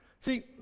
See